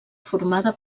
formada